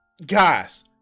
Guys